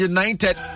United